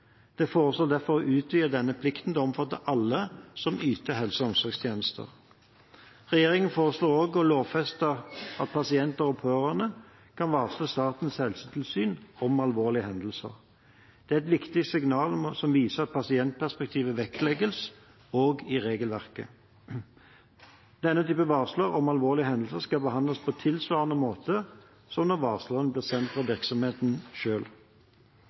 Det foreslås derfor å utvide denne plikten til å omfatte alle som yter helse- og omsorgstjenester. Regjeringen foreslår også å lovfeste at pasienter og pårørende kan varsle Statens helsetilsyn om alvorlige hendelser. Det er et viktig signal som viser at pasientperspektivet vektlegges også i regelverket. Denne typen varsler om alvorlige hendelser skal behandles på tilsvarende måte som når varslene blir sendt fra virksomheten